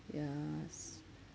yes